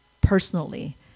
personally